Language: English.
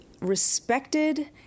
respected